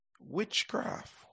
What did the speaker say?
Witchcraft